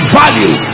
value